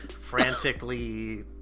frantically